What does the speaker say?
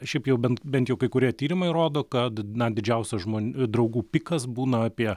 šiaip jau bent bent jau kai kurie tyrimai rodo kad na didžiausio žmon draugų pikas būna apie